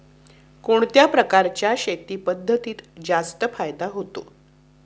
कोणत्या प्रकारच्या शेती पद्धतीत जास्त फायदा होतो?